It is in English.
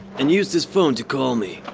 and use this phone to call me.